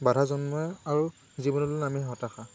বাধা জন্মে আৰু জীৱনলৈ নামে হতাশা